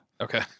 okay